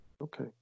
Okay